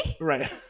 right